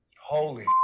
holy